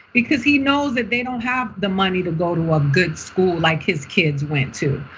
because he knows that they don't have the money to go to a good school like his kids went to.